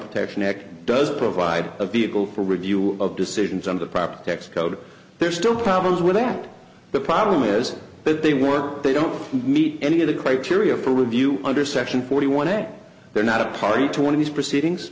protection act does provide a vehicle for review of decisions on the property tax code there's still problems with that the problem is that they work they don't meet any of the criteria for review under section forty one that they're not a party to one of these proceedings